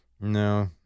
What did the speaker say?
No